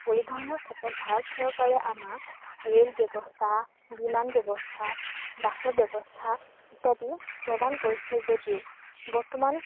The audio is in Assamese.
পৰিবহণৰ ক্ষেত্ৰত ভাৰত চৰকাৰে আমাক ৰে'ল ব্যৱস্থা বিমান ব্যৱস্থা বাছৰ ব্যৱস্থা ইত্যাদি প্ৰদান কৰিছে যদিও বৰ্তমান